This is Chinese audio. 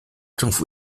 政府